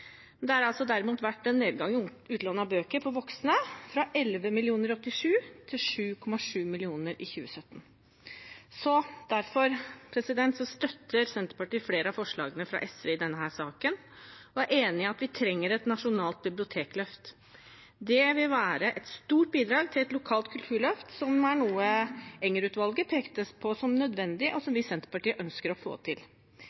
Det har derimot vært en nedgang i utlån av bøker for voksne – fra 11 millioner i 1987 til 7,7 millioner i 2017. Derfor støtter Senterpartiet flere av forslagene fra SV i denne saken og er enig i at vi trenger et nasjonalt bibliotekløft. Det vil være et stort bidrag til et lokalt kulturløft, noe Enger-utvalget pekte på som nødvendig, og som vi i Senterpartiet ønsker å få til.